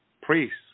Priests